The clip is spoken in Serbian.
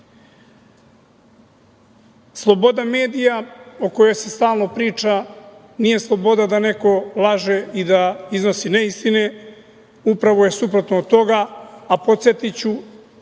medija o kojoj se stalno priča nije sloboda da neko laže i da iznosi neistine, upravo je suprotno od toga. Podsetiću